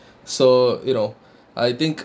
so you know I think